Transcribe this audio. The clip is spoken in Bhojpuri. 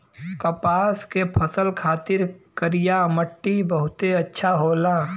कपास के फसल खातिर करिया मट्टी बहुते अच्छा होला